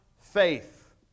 faith